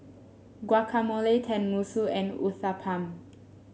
Guacamole Tenmusu and Uthapam